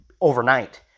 overnight